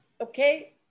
okay